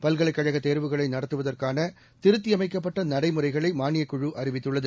பல்கலைக் கழக தேர்வுகளை நடத்துவதற்கான திருத்தியமைக்கப்பட்ட நடைமுறைகளை மானியக் குழு அறிவித்துள்ளது